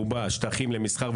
למסחר,